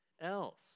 else